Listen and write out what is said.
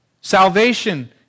Salvation